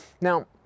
Now